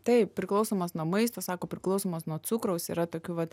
taip priklausomas nuo maisto sako priklausomas nuo cukraus yra tokių vat